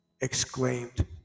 exclaimed